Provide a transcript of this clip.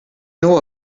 know